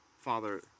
Father